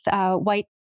white